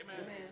Amen